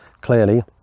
clearly